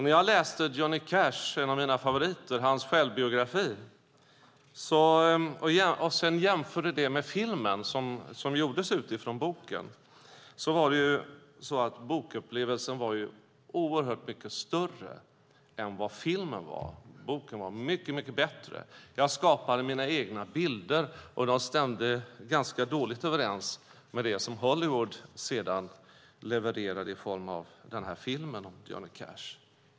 När jag läste Johnny Cashs självbiografi - han är en av mina favoriter - och sedan jämförde med den film som gjordes utifrån boken var bokupplevelsen mycket större än filmen. Boken var mycket bättre. Jag skapade mina egna bilder, och de stämde ganska dåligt överens med det som Hollywood sedan levererade.